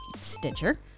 Stitcher